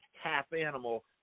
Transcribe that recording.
half-animal